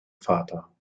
vater